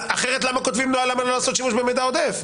אחרת למה כותבים נוהל למה לא לעשות שימוש במידע עודף?